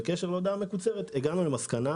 בקשר להודעה המקוצרת, הגענו למסקנה